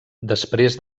després